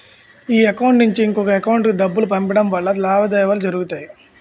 ఈ అకౌంట్ నుంచి ఇంకొక ఎకౌంటుకు డబ్బులు పంపించడం ద్వారా లావాదేవీలు జరుగుతాయి